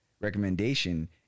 recommendation